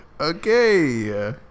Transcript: Okay